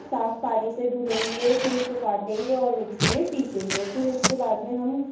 साफ पानी से धुलेंगे फिर उसको काटेंगे और मिक्सी में पीसेंगे फिर उसके बाद में हम